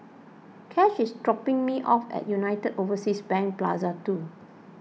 Kash is dropping me off at United Overseas Bank Plaza two